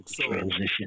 Transition